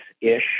ish